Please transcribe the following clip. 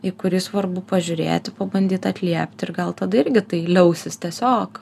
į kurį svarbu pažiūrėti pabandyt atliepti ir gal tada irgi tai liausis tiesiog